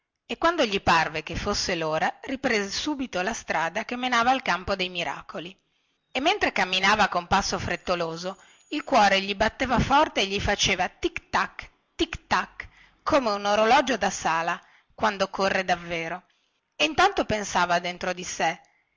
e quando gli parve che fosse lora riprese subito la strada che menava al campo dei miracoli e mentre camminava con passo frettoloso il cuore gli batteva forte e gli faceva tic tac tic tac come un orologio da sala quando corre davvero e intanto pensava dentro di sé